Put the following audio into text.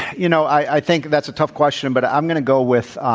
you know, i think that's a tough question, but i'm going to go with,